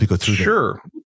Sure